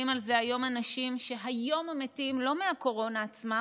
על זה היום אנשים שהיום הם מתים לא מהקורונה עצמה